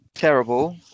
terrible